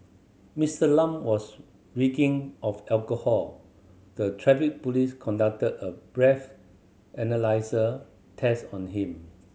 Mister Lam was reeking of alcohol the Traffic Police conducted a breath analyser test on him